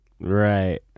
Right